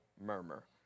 murmur